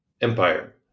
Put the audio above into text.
empire